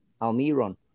Almiron